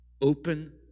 Open